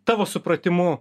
tavo supratimu